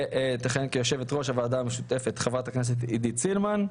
ותכהן כיושבת-ראש הוועדה המשותפת חברת הכנסת עידית סילמן,